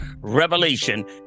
revelation